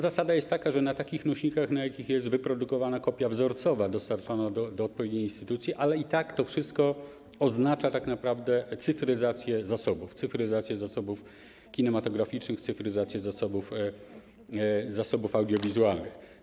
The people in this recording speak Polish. Zasada jest taka, że na takich nośnikach, na jakich jest wyprodukowana kopia wzorcowa dostarczana do odpowiedniej instytucji, ale i tak to wszystko oznacza tak naprawdę cyfryzację zasobów, tj. cyfryzację zasobów kinematograficznych, cyfryzację zasobów audiowizualnych.